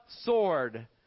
sword